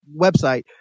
website